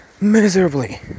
miserably